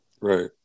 Right